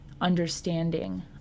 understanding